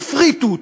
והפריטו אותו.